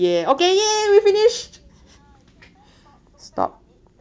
ya okay ya we finished stop